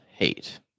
Hate